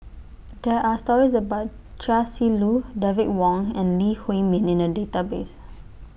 There Are stories about Chia Si Lu David Wong and Lee Huei Min in The Database